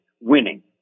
winning